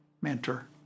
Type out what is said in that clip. mentor